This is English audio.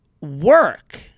work